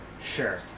Sure